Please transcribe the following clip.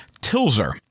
Tilzer